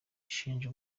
ishinja